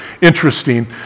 interesting